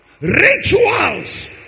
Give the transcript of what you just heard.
rituals